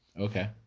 Okay